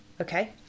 Okay